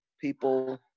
people